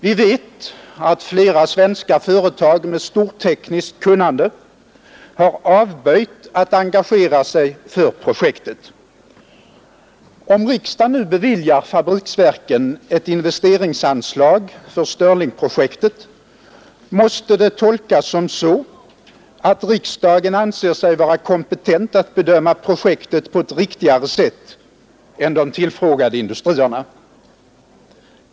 Vi vet att flera svenska företag med stort tekniskt kunnande har avböjt att engagera sig för projektet. Om riksdagen nu beviljar fabriksverken ett investeringsanslag för stirlingprojektet måste det tolkas som så, att riksdagen anser sig vara kompetent att bedöma projektet på ett riktigare sätt än de tillfrågade industrierna.